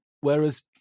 Whereas